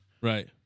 Right